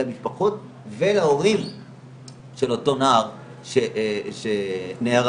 למשפחות ולהורים של אותו נער שנהרג